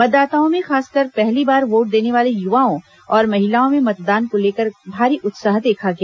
मतदाताओं में खासकर पहली बार वोट देने वाले युवाओं और महिलाओं में मतदान को लेकर भारी उत्साह देखा गया